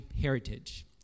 heritage